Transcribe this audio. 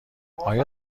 آیا